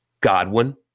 Godwin